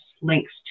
links